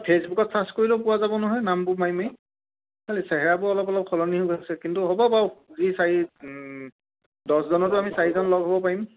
ফেচবুকত চাৰ্চ কৰিলেও পোৱা যাব নহয় নামবোৰ মাৰি মাৰি মেই খালি চেহৰাবোৰ অলপ অলপ সলনি হৈ গৈছে কিন্তু হ'ব বাৰু যি চাৰি দছজনতো আমি চাৰিজন লগ হ'ব পাৰিম